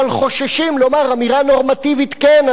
אבל חוששים לומר אמירה נורמטיבית: כן,